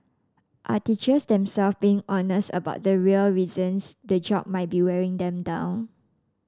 are teachers themselves being honest about the real reasons the job might be wearing them down